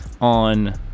on